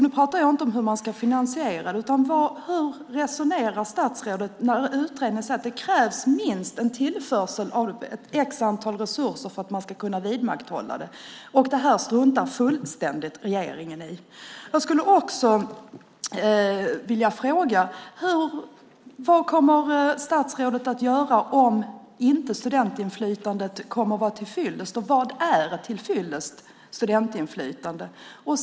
Nu pratar jag inte om hur man ska finansiera det, utan jag undrar: Hur resonerar statsrådet när utredningen säger att det krävs en tillförsel av resurser för att man ska kunna vidmakthålla detta? Det här struntar regeringen fullständigt i. Jag skulle också vilja fråga: Vad kommer statsrådet att göra om inte studentinflytandet kommer att vara tillfyllest? Och vad är tillfyllest när det gäller studentinflytande?